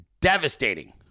devastating